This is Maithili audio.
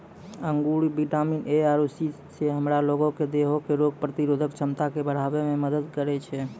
अंगूर विटामिन ए आरु सी से हमरा लोगो के देहो के रोग प्रतिरोधक क्षमता के बढ़ाबै मे मदत करै छै